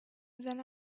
then